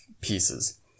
pieces